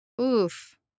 oof